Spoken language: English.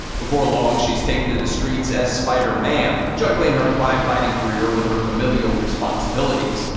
before long, she's taken to the streets as spider-ma'am, juggling her crime-fighting career with her familial responsibilities.